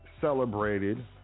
celebrated